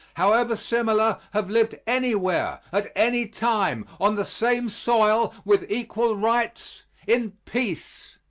however similar, have lived anywhere, at any time, on the same soil with equal rights in peace!